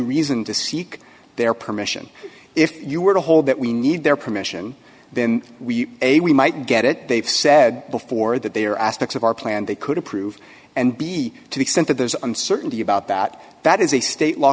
reason to seek their permission if you were to hold that we need their permission then we a we might get it they've said before that they are aspects of our plan they could approve and be to the extent that there's uncertainty about that that is a state law